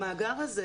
המאגר הזה